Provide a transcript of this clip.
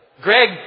Greg